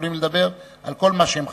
יכולים לדבר על כל מה שהם חפצים,